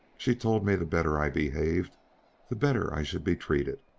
she told me the better i behaved the better i should be treated,